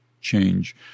change